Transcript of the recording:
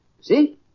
See